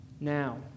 now